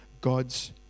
God's